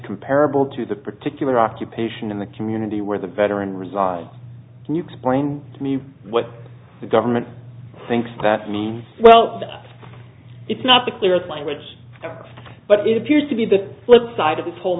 comparable to the particular occupation in the community where the veteran resides and you complain to me what the government thinks that means well that it's not the clearest language but it appears to be the flip side of this whole